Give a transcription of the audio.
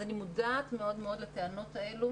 אני מודעת מאוד מאוד לטענות האלו